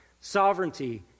sovereignty